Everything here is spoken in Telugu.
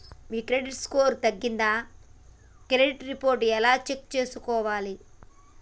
మీ క్రెడిట్ స్కోర్ తగ్గిందా క్రెడిట్ రిపోర్ట్ ఎలా చెక్ చేసుకోవాలి?